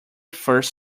first